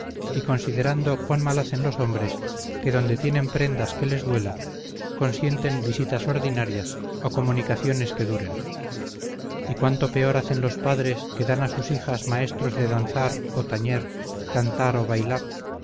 y considerando cuán mal hacen los hombres que donde tienen prendas que les duela consienten visitas ordinarias o comunicaciones que duren y cuánto peor hacen los padres que dan a sus hijas maestros de danzar o tañer cantar o bailar